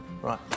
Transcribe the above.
Right